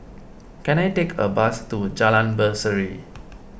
can I take a bus to Jalan Berseri